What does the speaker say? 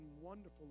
wonderful